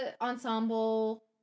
ensemble